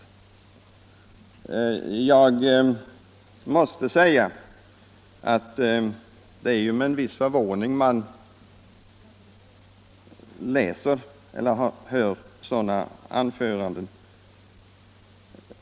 Jag måste säga att det är med en viss förvåning man åhör ett sådant anförande.